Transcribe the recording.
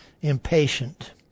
impatient